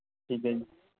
ਠੀਕ ਹੈ ਜੀ